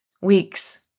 week's